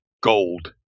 gold